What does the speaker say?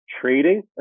trading